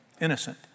Innocent